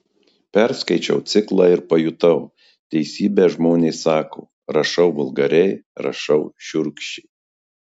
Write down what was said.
perskaičiau ciklą ir pajutau teisybę žmonės sako rašau vulgariai rašau šiurkščiai